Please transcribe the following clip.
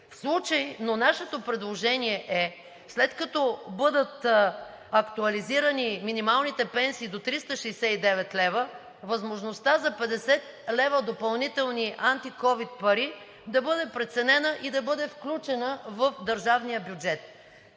Но нашето предложение е, след като бъдат актуализирани минималните пенсии до 369 лв., възможността за 50 лв. допълнителни антиковид пари да бъде преценена и да бъде включена в държавния бюджет.